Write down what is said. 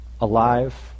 Alive